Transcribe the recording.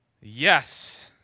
Yes